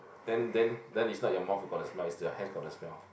then then then is not your mouth got the smell is your hands got the smell